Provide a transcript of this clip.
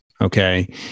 Okay